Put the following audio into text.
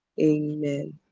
Amen